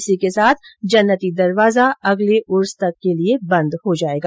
इसी के साथ जन्नती दरवाजा अगले उर्स तक के लिए बंद हो जाएगा